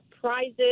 prizes